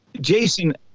Jason